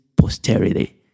posterity